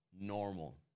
normal